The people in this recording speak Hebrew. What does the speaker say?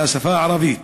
לשפה הערבית.